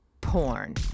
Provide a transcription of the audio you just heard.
porn